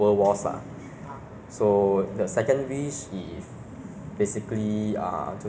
就是 not a pleasant thing ah 就是 you won't want any illness to strikes you uh